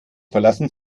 verlassen